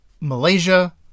Malaysia